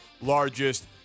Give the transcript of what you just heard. largest